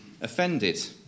offended